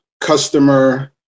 customer